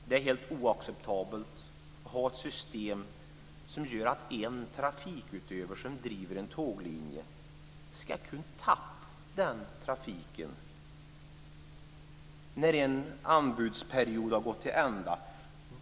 Det är helt oacceptabelt att ha ett system som gör att en trafikutövare som driver en tåglinje ska kunna tappa den trafiken när en anbudsperiod har gått till ända.